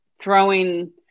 throwing